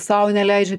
sau neleidžia